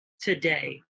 today